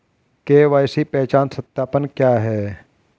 KYC पहचान सत्यापन क्या है?